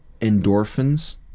endorphins